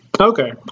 Okay